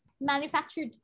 manufactured